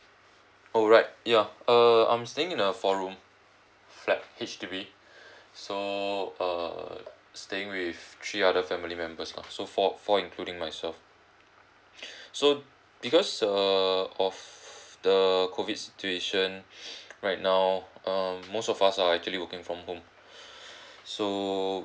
oh right ya err I'm staying in a four room flat H_D_B so err staying with three other family members lah so four four including myself so because err of the COVID situation right now uh most of us are actually working from home so